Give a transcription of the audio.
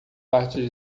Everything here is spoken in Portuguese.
parte